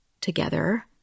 together